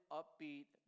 upbeat